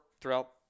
throughout